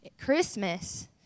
Christmas